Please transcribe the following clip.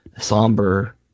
somber